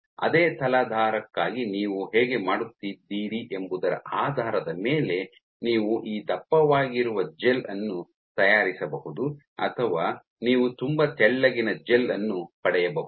ಅದೇ ತಲಾಧಾರಕ್ಕಾಗಿ ನೀವು ಹೇಗೆ ಮಾಡುತ್ತಿದ್ದೀರಿ ಎಂಬುದರ ಆಧಾರದ ಮೇಲೆ ನೀವು ಈ ದಪ್ಪವಾಗಿರುವ ಜೆಲ್ ಅನ್ನು ತಯಾರಿಸಬಹುದು ಅಥವಾ ನೀವು ತುಂಬಾ ತೆಳ್ಳಗಿನ ಜೆಲ್ ಅನ್ನು ಪಡೆಯಬಹುದು